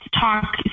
talk